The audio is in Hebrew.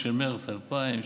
הוא ממרץ 2018,